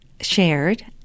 shared